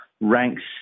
ranks